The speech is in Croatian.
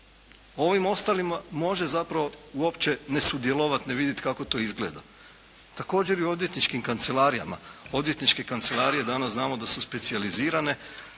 Ovim ostalim može zapravo uopće ne sudjelovati, ne vidjeti kako to izgleda. Također i u odvjetničkim kancelarijama. Odvjetničke kancelarije danas znamo da su specijalizirane.